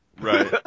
Right